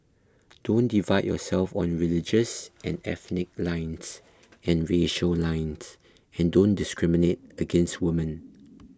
don't divide yourself on religious and ethnic lines and racial lines and don't discriminate against women